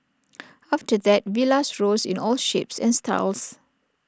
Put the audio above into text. after that villas rose in all shapes and styles